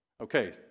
Okay